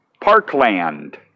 Parkland